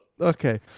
okay